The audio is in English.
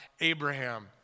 Abraham